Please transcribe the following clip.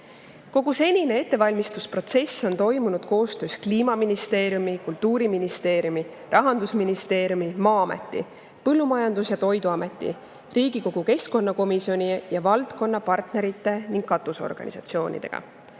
Kogu senine ettevalmistusprotsess on toimunud koostöös Kliimaministeeriumi, Kultuuriministeeriumi, Rahandusministeeriumi, Maa-ameti, Põllumajandus‑ ja Toiduameti, Riigikogu keskkonnakomisjoni ja valdkonnapartnerite ning katusorganisatsioonidega.